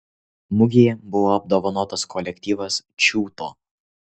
mugėje buvo apdovanotas kolektyvas čiūto